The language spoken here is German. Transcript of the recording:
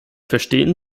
verstehen